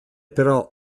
però